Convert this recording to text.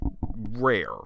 rare